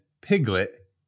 Piglet